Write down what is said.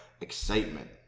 excitement